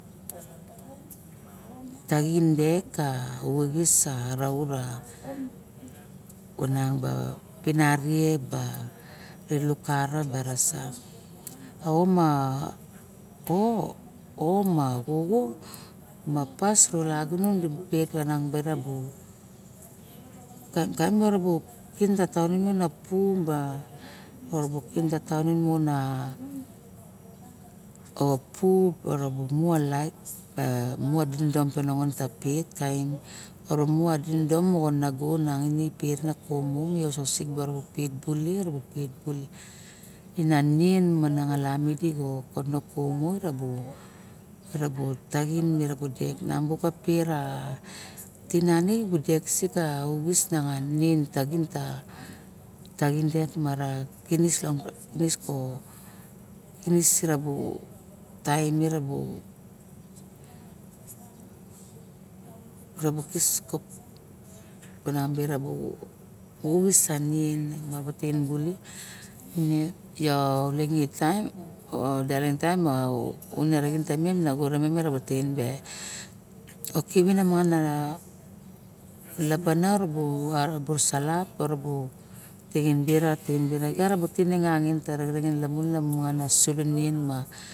Taxin dek ka uxis a, araut a kunang ba pinirie ba i lukara bara saxit e ao ma xoxo ma pass e lagunon i vet banang bara bu kaim erobu kin ka tonim pin bara bu kaim erobu kin ka tonim pin bara pu ba erong bu kin bapuk mona opu muru mu a dodom pe nongon ka pet kaim urumu dinidom pe nago nanginang e peret nngon muru pet baling i pet balok ine nien mana lamin mono kumu ira wert paxin mo pet ana tinanik dek sik pa uxis ma nen taxin tigan taxim mara kinis ko u kinis boro taem rabu kis binang bira uvuxis ma nian ine ma oleng ina olen ma une raxin tamen ne bere okivi na mangan lapana urubu salok urubu kingin be bere gar a tangin lamuna mangan a sulo nien